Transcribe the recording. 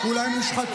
לא,